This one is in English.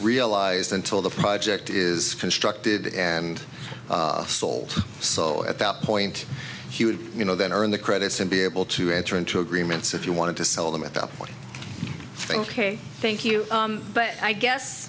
realized until the project is constructed and sold so at that point he would you know that are in the credits and be able to enter into agreements if you want to sell them at the one thing ok thank you but i guess